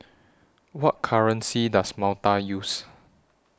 What currency Does Malta use